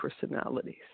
personalities